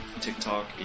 TikTok